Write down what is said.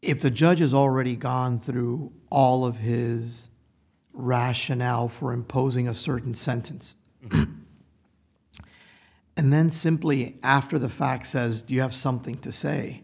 if the judge has already gone through all of his rationale for imposing a certain sentence and then simply after the fact says do you have something to say